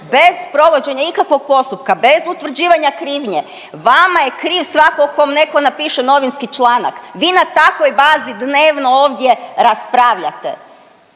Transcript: bez provođenja ikakvog postupka, bez utvrđivanja krivnje, vama je kriv svako kom neko napiše novinski članak, vi na takvoj bazi dnevno ovdje raspravljate.